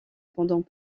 pendant